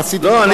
אני רק רוצה.